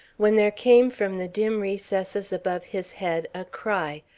when there came from the dim recesses above his head a cry,